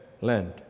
land